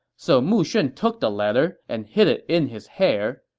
so mu shun took the letter and hid it in his hair.